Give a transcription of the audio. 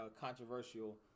controversial